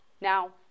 Now